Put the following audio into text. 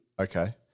Okay